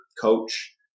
coach